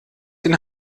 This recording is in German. den